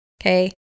Okay